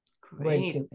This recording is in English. Great